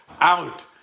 out